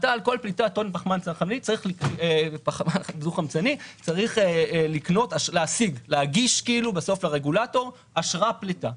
על כל פליטת טון פחמן דו-חמצני אתה צריך להגיש לרגולטור אשרת פליטה.